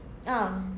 ah